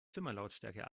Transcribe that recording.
zimmerlautstärke